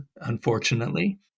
unfortunately